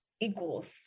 equals